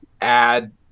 add